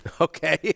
okay